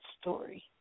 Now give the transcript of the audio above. Story